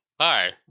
Hi